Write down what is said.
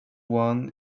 one